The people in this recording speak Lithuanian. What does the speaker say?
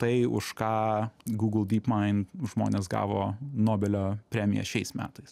tai už ką google dypmaind žmonės gavo nobelio premiją šiais metais